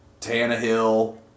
Tannehill